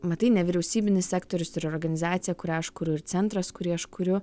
matai nevyriausybinis sektorius ir organizacija kurią aš kuriu ir centras kurį aš kuriu